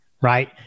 right